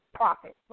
profit